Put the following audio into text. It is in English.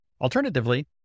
Alternatively